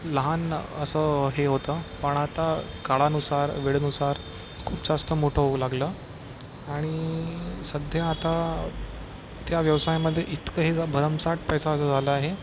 लहान असं हे होतं पण आता काळानुसार वेळेनुसार खूप जास्त मोठं होऊ लागलं आणि सध्या आता त्या व्यवसायामध्ये इतकं हे भरमसाठ पैसा असा झाला आहे